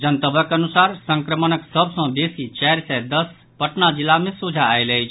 जनतबक अनुसार संक्रमणक सभ सँ बेसी चारि सय दस पटना जिला मे सोझा आयल अछि